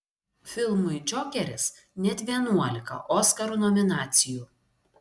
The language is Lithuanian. filmui džokeris net vienuolika oskarų nominacijų